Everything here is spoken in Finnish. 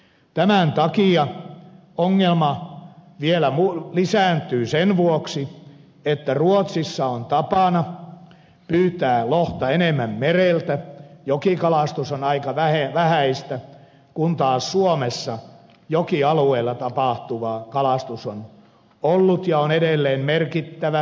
tämän takia ongelma vielä kasvaa sen vuoksi että ruotsissa on tapana pyytää lohta enemmän mereltä jokikalastus on aika vähäistä kun taas suomessa jokialueella tapahtuva kalastus on ollut ja on edelleen merkittävää